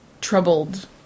troubled